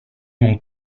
mon